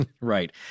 Right